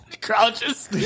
crouches